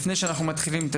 לפני שאנחנו מתחילים,